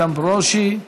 איתן ברושי,